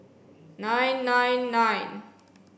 nine nine nine